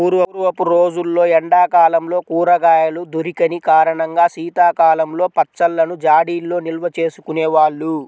పూర్వపు రోజుల్లో ఎండా కాలంలో కూరగాయలు దొరికని కారణంగా శీతాకాలంలో పచ్చళ్ళను జాడీల్లో నిల్వచేసుకునే వాళ్ళు